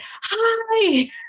hi